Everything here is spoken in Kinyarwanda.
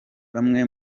bamwe